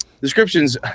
descriptions